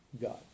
God